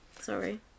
sorry